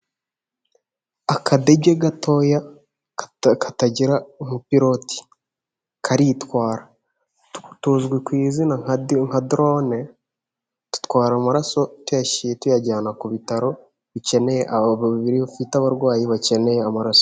Akadege gatoya katagira umupilote, karitwara tuzwi ku izina nka nka dorone dutwara amaraso tuyajyana ku bitaro bikeneye, babiri ufite abarwayi bakeneye amaraso.